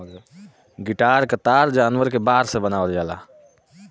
guitar क तार जानवर क बार से बनावल जाला